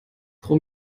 pro